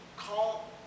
Call